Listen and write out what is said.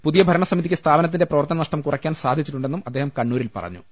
പുതിയ ഭരണസമിതിക്ക് സ്ഥാപനത്തിന്റെ പ്രവർത്തന നഷ്ടം കുറയ്ക്കാൻ സാധി ച്ചിട്ടുണ്ടെന്നും അദ്ദേഹം കണ്ണൂരിൽ പറഞ്ഞു